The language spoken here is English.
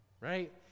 right